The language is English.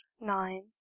nine